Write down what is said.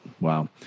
wow